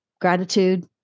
gratitude